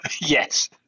Yes